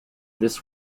this